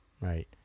Right